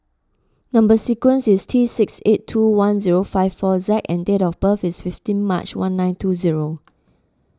Number Sequence is T six eight two one zero five four Z and date of birth is fifteen March one nine two zero